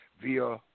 Via